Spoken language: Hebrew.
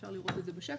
אפשר לראות את זה בשקף.